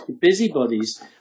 busybodies